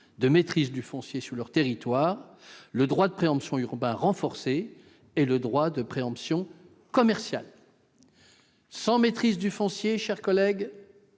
de maîtrise du foncier sur leur territoire : le droit de préemption urbain renforcé et le droit de préemption commercial. Sans maîtrise du foncier, mes chers collègues,